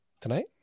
Tonight